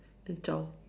then zao